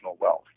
wealth